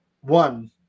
one